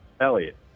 Elliot